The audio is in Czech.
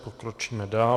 Pokročíme dál.